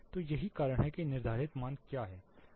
तो यही कारण है कि निर्धारित मान क्या हैं